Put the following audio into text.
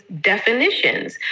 definitions